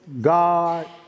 God